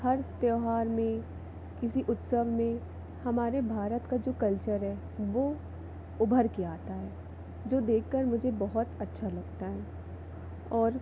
हर त्यौहार में किसी उत्सव में हमारे भारत का जो कल्चर है वो उभर के आता है जो देख कर मुझे बहुत अच्छा लगता है और